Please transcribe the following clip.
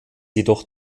jedoch